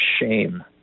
shame